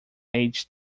age